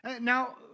Now